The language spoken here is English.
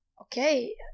Okay